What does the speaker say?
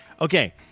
Okay